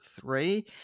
three